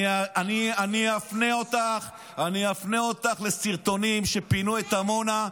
אני אפנה אותך לסרטונים כשפינו את עמונה,